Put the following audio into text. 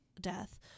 death